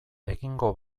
egingo